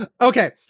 Okay